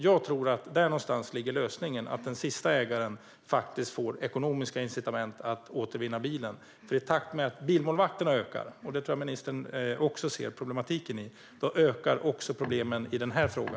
Jag tror att lösningen ligger där någonstans, i att den sista ägaren får ekonomiska incitament att återvinna bilen. I takt med att bilmålvakterna ökar i antal ökar också problemen i den här frågan. Jag tror att också ministern ser problematiken i det.